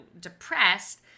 depressed